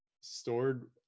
stored